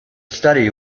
study